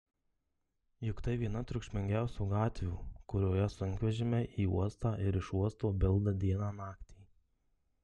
juk tai viena triukšmingiausių gatvių kurioje sunkvežimiai į uostą ir iš uosto bilda dieną naktį